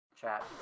Chat